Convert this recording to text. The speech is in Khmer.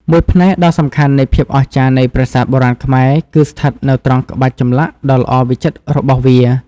មួយផ្នែកដ៏សំខាន់នៃភាពអស្ចារ្យនៃប្រាសាទបុរាណខ្មែរ គឺស្ថិតនៅត្រង់ក្បាច់ចម្លាក់ដ៏ល្អវិចិត្ររបស់វា។